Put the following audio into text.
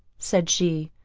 said she.